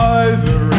over